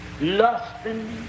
lusting